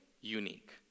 unique